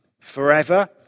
forever